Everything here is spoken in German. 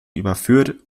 überführt